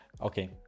Okay